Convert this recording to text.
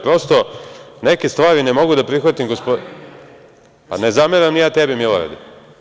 Prosto neke stvari ne mogu da prihvatim. (Milorad Mirči: Ne zameram ti.) Ne zameram ni ja tebi Milorade.